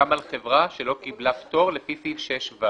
גם על חברה שלא קיבלה פטור לפי סעיף 6ו."